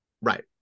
Right